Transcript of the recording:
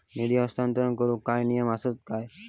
निधी हस्तांतरण करूक काय नियम असतत काय?